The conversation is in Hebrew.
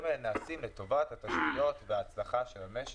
האלה נעשים לטובת התשתיות וההצלחה של המשק.